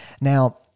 Now